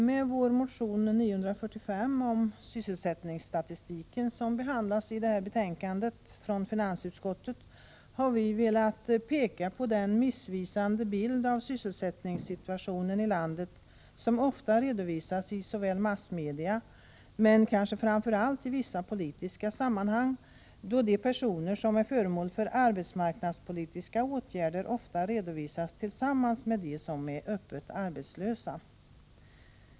Med vår motion 945 om sysselsättningsstatistiken som behandlas i detta betänkande från finansutskottet har vi velat peka på den missvisande bild av sysselsättningssituationen i landet som ofta ges i massmedia men kanske framför allt i vissa politiska sammanhang, då de personer som är föremål för arbetsmarknadspolitiska åtgärder ofta redovisas tillsammans med dem som är öppet arbetslösa.